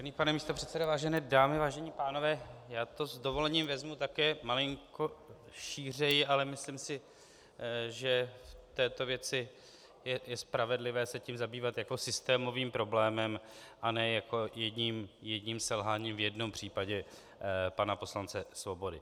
Vážený pane místopředsedo, vážené dámy, vážení pánové, já to s dovolením vezmu také malinko šířeji, ale myslím si, že v této věci je spravedlivé se tím zabývat jako systémovým problémem a ne jako jedním selháním v jednom případě pana poslance Svobody.